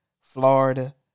Florida